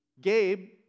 Gabe